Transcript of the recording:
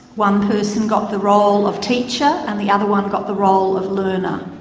one person got the role of teacher and the other one got the role of learner.